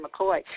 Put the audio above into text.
McCoy